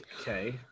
okay